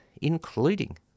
including